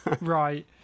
Right